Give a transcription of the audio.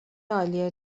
عالی